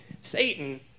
Satan